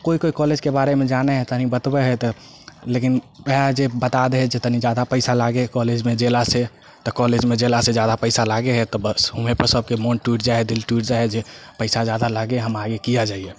आ कोइ कोइ कॉलेजके बारेमे जानै हइ तनी बतबै हइ तऽ लेकिन वएह जे बता दै हइ जे तनी जादा पैसा लागै हइ कॉलेजमे जेला से तऽ कॉलेजमे जेला से जादा पैसा लागै हइ तऽ बस हुँहे पर सबके मन टुटि जाइ हइ दिल टुटि जा हइ जे पैसा जादा लागै हइ हम आगे किए जैयै